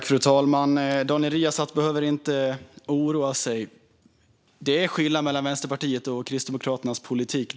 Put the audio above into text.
Fru talman! Daniel Riazat behöver inte oroa sig. Det är skillnad mellan Vänsterpartiets och Kristdemokraternas politik.